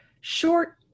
short